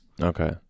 Okay